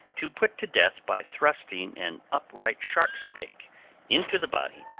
to put to death by thrusting an upright sharp stake into the body,